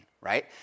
right